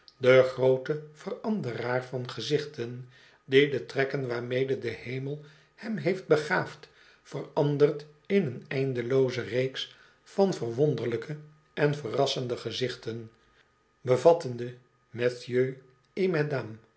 den grooten veranderaar van gezichten die de trekken waarmede de hemel hem heeft begaafd verandert in een eindelooze reeks van verwonderlijke en verrrassende gezichten bevattende